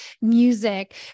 music